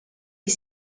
est